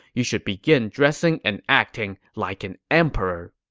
you should begin dressing and acting like an emperor.